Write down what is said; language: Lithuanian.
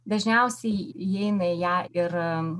dažniausiai įeina į ją ir